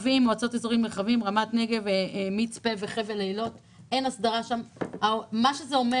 אין הסדרה שם וזה אומר